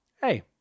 hey